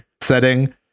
setting